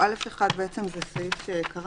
(א1) בעצם זה סעיף שקראנו,